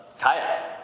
Kaya